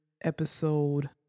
episode